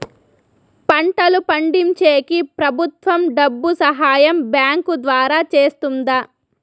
పంటలు పండించేకి ప్రభుత్వం డబ్బు సహాయం బ్యాంకు ద్వారా చేస్తుందా?